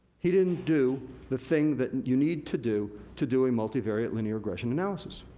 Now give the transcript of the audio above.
he didn't do the thing that you need to do to do a multivariate linear regression analysis.